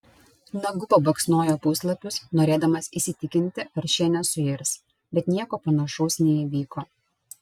nagu pabaksnojo puslapius norėdamas įsitikinti ar šie nesuirs bet nieko panašaus neįvyko